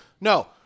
No